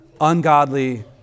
Ungodly